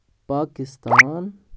Pakistan